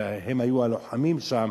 שהם היו הלוחמים שם,